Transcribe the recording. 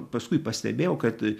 paskui pastebėjau kad